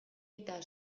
eta